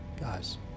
guys